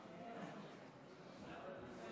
אני מבקש לשאול שאלה פשוטה אבל חיונית